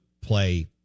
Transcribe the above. play